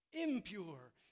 impure